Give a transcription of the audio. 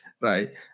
right